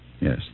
Yes